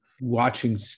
watching